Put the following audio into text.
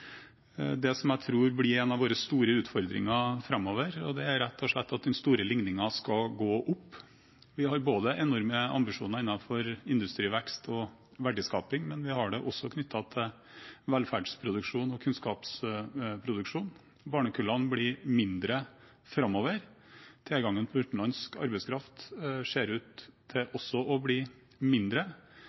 det jeg tror blir en av våre store utfordringer framover, og det er rett og slett at den store ligningen skal gå opp. Vi har enorme ambisjoner både innenfor industrivekst og verdiskaping og også knyttet til velferds- og kunnskapsproduksjon. Barnekullene blir mindre framover. Tilgangen på utenlandsk arbeidskraft ser også ut til å bli mindre,